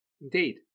Indeed